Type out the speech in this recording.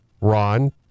Ron